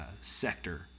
sector